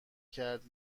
کرد